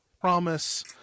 promise